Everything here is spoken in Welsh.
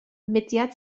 mudiad